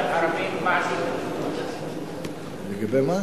לגבי מה?